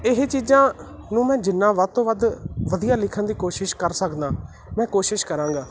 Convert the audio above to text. ਇਹ ਚੀਜ਼ਾਂ ਨੂੰ ਮੈਂ ਜਿੰਨਾਂ ਵੱਧ ਤੋਂ ਵੱਧ ਵਧੀਆ ਲਿਖਣ ਦੀ ਕੋਸ਼ਿਸ਼ ਕਰ ਸਕਦਾ ਮੈਂ ਕੋਸ਼ਿਸ਼ ਕਰਾਂਗਾ